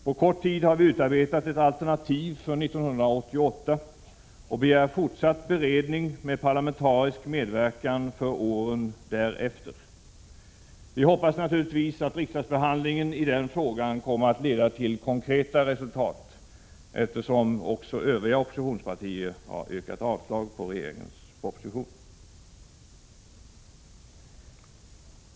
På kort tid har vi utarbetat ett alternativ för 1988 och begär fortsatt beredning med parlamentarisk medverkan för åren därefter. Vi hoppas naturligtvis att riksdagsbehandlingen av den här frågan kommer att leda till konkreta resultat, eftersom också övriga oppositionspartier yrkat avslag på regeringens proposition.